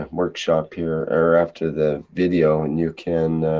um workshop here, or after the video, and you can.